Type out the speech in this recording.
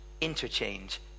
interchange